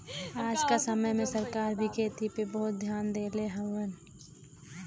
आज क समय में सरकार भी खेती पे बहुते धियान देले हउवन